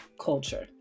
culture